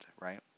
right